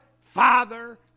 Father